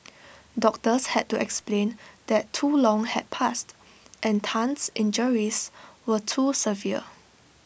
doctors had to explain that too long had passed and Tan's injuries were too severe